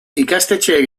ikastetxeek